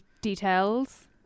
details